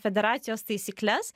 federacijos taisykles